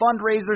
fundraisers